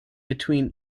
between